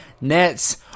Nets